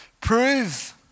Prove